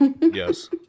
Yes